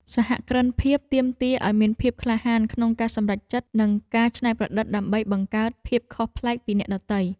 សហគ្រិនភាពទាមទារឱ្យមានភាពក្លាហានក្នុងការសម្រេចចិត្ត និងការច្នៃប្រឌិតដើម្បីបង្កើតភាពខុសប្លែកពីអ្នកដទៃ។